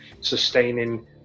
sustaining